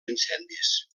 incendis